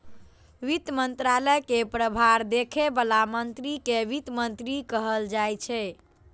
वित्त मंत्रालय के प्रभार देखै बला मंत्री कें वित्त मंत्री कहल जाइ छै